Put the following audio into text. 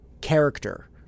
character